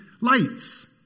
lights